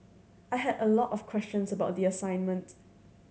I had a lot of questions about the assignment